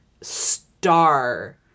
star